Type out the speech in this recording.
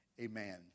amen